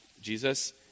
Jesus